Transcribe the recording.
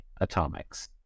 atomics